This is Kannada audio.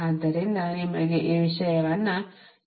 ಆದ್ದರಿಂದ ನಿಮಗೆ ಈ ವಿಷಯವನ್ನು ನೀಡುತ್ತಿದ್ದೇನೆ